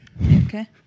Okay